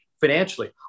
financially